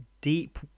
Deep